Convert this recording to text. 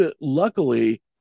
luckily